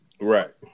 Right